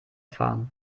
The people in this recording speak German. fahren